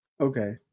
Okay